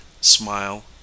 smile